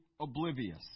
oblivious